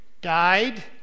died